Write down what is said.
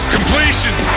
Completion